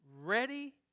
Ready